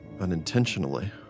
unintentionally